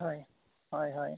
ᱦᱳᱭ ᱦᱳᱭ ᱦᱳᱭ